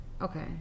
Okay